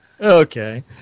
Okay